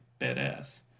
badass